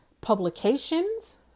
publications